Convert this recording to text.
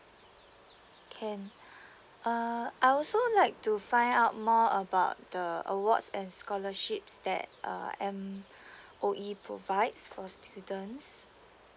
can uh I also like to find out more about the awards and scholarships that uh M_O_E provides for students